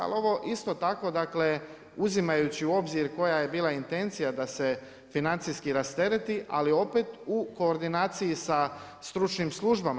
Ali ovo isto tako dakle uzimajući u obzir koja je bila intencija da se financijski rastereti ali opet u koordinaciji sa stručnim službama.